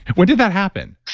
when did that happen?